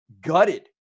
gutted